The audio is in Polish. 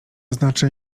znaczy